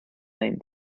name